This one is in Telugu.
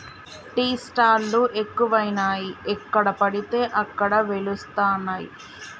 టీ స్టాల్ లు ఎక్కువయినాయి ఎక్కడ పడితే అక్కడ వెలుస్తానయ్